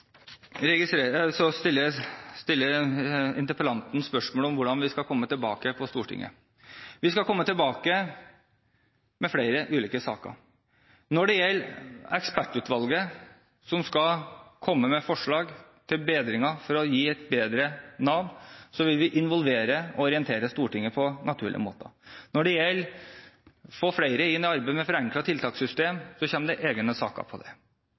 stiller interpellanten spørsmål om hvordan vi skal komme tilbake til Stortinget. Vi skal komme tilbake med flere ulike saker. Når det gjelder ekspertutvalget som skal komme med forslag til bedringer for å gi et bedre Nav, så vil vi involvere og orientere Stortinget på naturlige måter. Når det gjelder å få flere inn i arbeid med forenklede tiltakssystem, så kommer det egne saker på det.